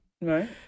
Right